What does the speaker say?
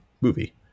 movie